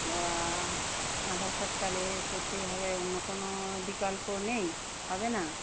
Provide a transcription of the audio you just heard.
ও Aadhaar card তাহলে করতেই হবে অন্য কোনো বিকল্প নেই হবে না